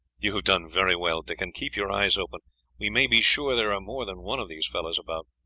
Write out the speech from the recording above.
you have done very well, dickon. keep your eyes open we may be sure there are more than one of these fellows about.